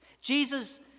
Jesus